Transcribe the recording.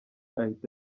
ahita